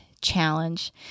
challenge